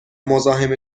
مزاحم